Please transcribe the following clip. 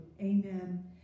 Amen